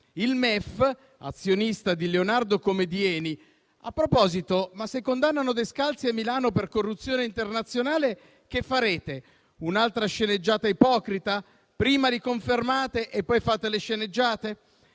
dell'ex ministro Padoan? A proposito, ma se condannano Descalzi a Milano per corruzione internazionale, che cosa farete, un'altra sceneggiata ipocrita? Prima li confermate e poi fate le sceneggiate?